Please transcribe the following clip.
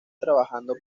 trabajando